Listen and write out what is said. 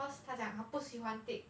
cause 他讲他不喜欢 take